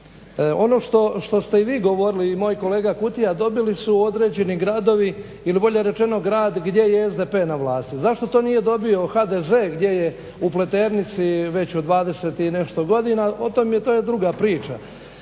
ono što ste i vi govorili i moji kolega Kutija dobili su određeni gradovi ili bolje rečeno grad gdje je SDP na vlasti. Zašto to nije dobio HDZ gdje je u Pleternici već od 20 i nešto godina. O tome, to je druga priča.